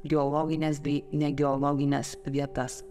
geologines bei negeologines vietas